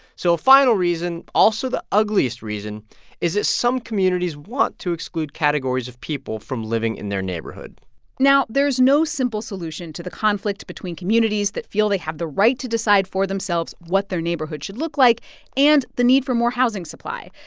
so a final reason also the ugliest reason is that some communities want to exclude categories of people from living in their neighborhood now, there is no simple solution to the conflict between communities that feel they have the right to decide for themselves what their neighborhood should look like and the need for more housing supply.